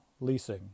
leasing